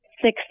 six